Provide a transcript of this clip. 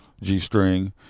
G-string